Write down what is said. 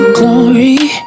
glory